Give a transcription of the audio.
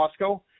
Costco